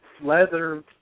leather